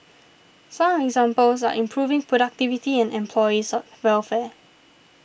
some examples are improving productivity and employees welfare